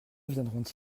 viendront